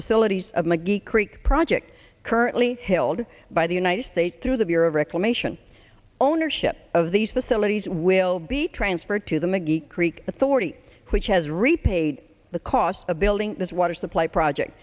facilities mcgee creek project currently hailed by the united states through the bureau of reclamation ownership of these facilities will be transferred to the magee creek authority which has repaid the cost of building this water supply project